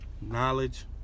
Knowledge